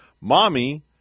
Mommy